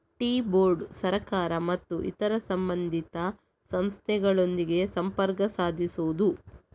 tea board ಸರ್ಕಾರ ಮತ್ತು ಇತರ ಸಂಬಂಧಿತ ಸಂಸ್ಥೆಗಳೊಂದಿಗೆ ಸಂಪರ್ಕ ಸಾಧಿಸುವುದು